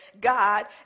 God